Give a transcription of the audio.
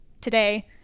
today